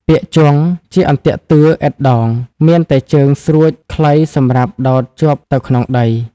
ពាក្យ ជង់ ជាអន្ទាក់តឿឥតដង មានតែជើងស្រួចខ្លីសម្រាប់ដោតជាប់ទៅក្នុងដី ។